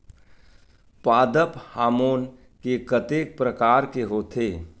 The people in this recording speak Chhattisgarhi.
पादप हामोन के कतेक प्रकार के होथे?